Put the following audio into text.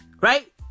Right